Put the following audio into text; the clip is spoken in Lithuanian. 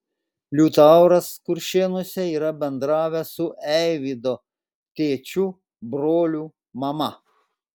liutauras kuršėnuose yra bendravęs su eivydo tėčiu broliu mama